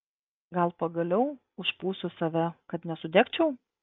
gal pagaliau užpūsiu save kad nesudegčiau